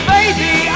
Baby